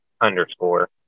underscore